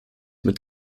mit